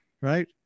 Right